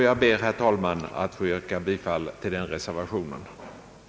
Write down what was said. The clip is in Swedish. Jag ber, herr talman, att få yrka bifall till reservation I.